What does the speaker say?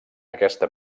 aquesta